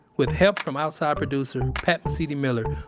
with help from outside producer pat mesiti-miller,